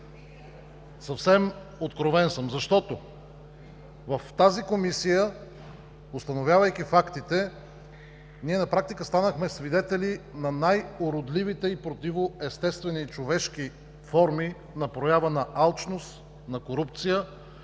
Съвсем откровен съм, защото в тази Комисия, установявайки фактите, ние на практика станахме свидетели на най-уродливите и противоестествени човешки форми на проява на алчност, на корупция,